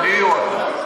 אני או אתה.